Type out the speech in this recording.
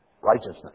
righteousness